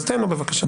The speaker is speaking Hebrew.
תן לו בבקשה.